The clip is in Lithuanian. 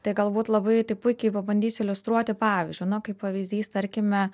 tai galbūt labai taip puikiai pabandysiu iliustruoti pavyzdžiu na kaip pavyzdys tarkime